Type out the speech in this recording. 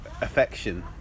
affection